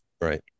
Right